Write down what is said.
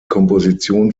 komposition